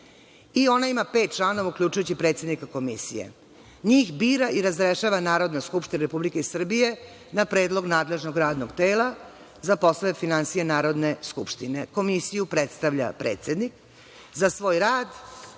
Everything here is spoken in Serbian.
i ona ima pet članova, uključujući predsednika Komisije. NJih bira i razrešava Narodna skupština Republike Srbije, na predlog nadležnog radnog tela za poslove finansija Narodne skupštine. Komisiju predstavlja predsednik. Za svoj rad